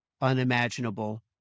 unimaginable